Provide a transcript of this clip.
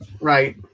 right